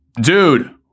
Dude